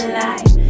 life